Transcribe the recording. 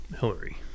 hillary